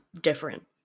different